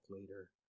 later